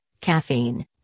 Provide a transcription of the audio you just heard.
caffeine